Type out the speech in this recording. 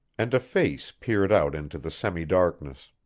and a face peered out into the semi-darkness.